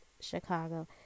chicago